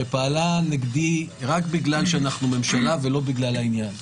שפעלה נגדי רק בגלל שאנחנו ממשלה ולא בגלל העניין.